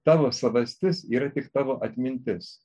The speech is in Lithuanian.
tavo savastis yra tik tavo atmintis